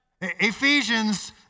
Ephesians